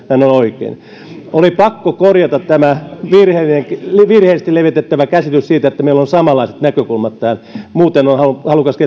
oikein oli pakko korjata tämä virheellisesti levitettävä käsitys siitä että meillä on samanlaiset näkökulmat tähän muuten olen halukas